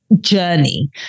journey